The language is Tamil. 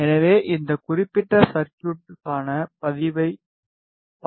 எனவே இந்த குறிப்பிட்ட சர்குய்ட்க்கான பதிலைப் பார்ப்போம்